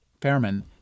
Fairman